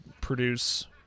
produce